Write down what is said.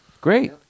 Great